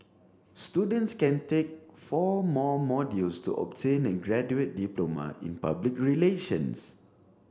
students can take four more modules to obtain a graduate diploma in public relations